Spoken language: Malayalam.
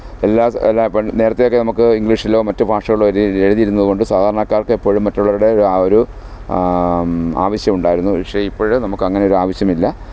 എല്ലാ എല്ലാ നേരത്തെയൊക്കെ നമ്മൾക്ക് ഇംഗ്ലീഷിലോ മറ്റ് ഭാഷകളിലോ എഴുതിയിരുന്നത് കൊണ്ട് സാധാരണക്കാര്ക്ക് എപ്പോഴും മറ്റുള്ളവരുടെ ആ ഒരു ആവിശ്യമുണ്ടായിരുന്നു പക്ഷെ ഇപ്പഴ് നമ്മൾക്ക് അങ്ങനെ ഒരു ആവശ്യമില്ല